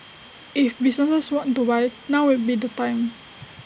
if businesses want to buy now would be the time